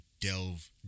delve